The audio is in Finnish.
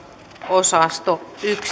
osasto